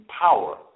power